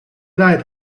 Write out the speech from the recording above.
leid